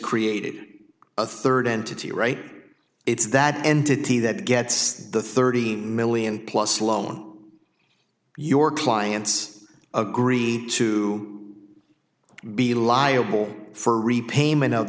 created a third entity right it's that entity that gets the thirty million plus loan your clients agree to be liable for repayment of